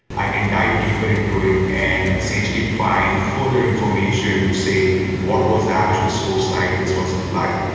i can dive deeper into it and essentially find further information to say what was the actual source type this was applied?